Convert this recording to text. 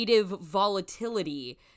volatility